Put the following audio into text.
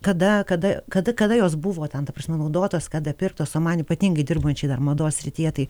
kada kada kada kada jos buvo ten ta prasme naudotos kada pirktos o man ypatingai dirbančiai mados srityje tai